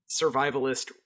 survivalist